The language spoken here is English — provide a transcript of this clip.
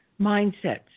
mindsets